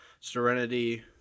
serenity